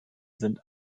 sind